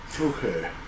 Okay